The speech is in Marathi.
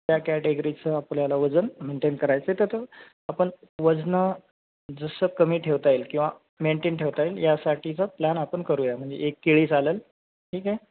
त्या कॅटेगरीचं आपल्याला वजन मेंटेन करायचं तर ते आपण वजनं जसं कमी ठेवता येईल किंवा मेंटेन ठेवता येईल यासाठीचा प्लॅन आपण करूया म्हणजे एक केळी चालेल ठीक आहे